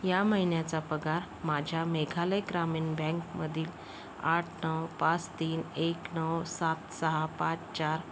या महिन्याचा पगार माझ्या मेघालय ग्रामीण बँकमधील आठ नऊ पाच तीन एक नऊ सात सहा पाच चार